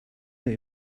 that